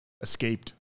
escaped